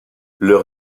leur